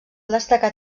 destacar